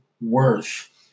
worth